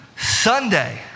Sunday